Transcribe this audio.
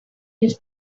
his